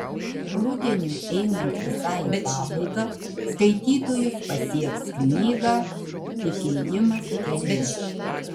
rudeniui einant visai į pabaigą skaitytojus pasieks knygą tik ėjimas keliu